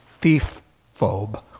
thief-phobe